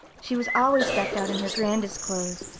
she was always decked out in her grandest clothes,